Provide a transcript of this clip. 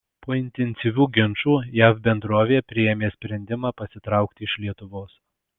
po intensyvių ginčų jav bendrovė priėmė sprendimą pasitraukti iš lietuvos